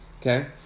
Okay